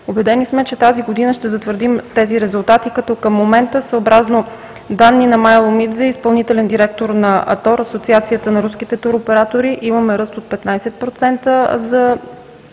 Убедени сме, че тази година ще затвърдим тези резултати като към момента, съобразно данни на Майя Ломидзе – изпълнителен директор на АТОР (Асоциацията на руските туроператори), имаме ръст от 15% за